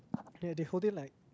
ya they hold it like